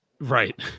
Right